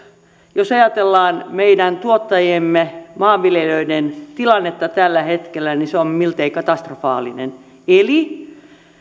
jos ajatellaan meidän tuottajiemme maanviljelijöiden tilannetta tällä hetkellä niin se on miltei katastrofaalinen eli